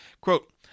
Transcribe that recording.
Quote